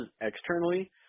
externally